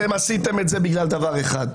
אתם עשיתם את זה בגלל דבר אחד.